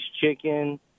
chicken